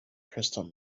crystal